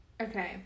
Okay